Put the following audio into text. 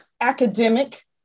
academic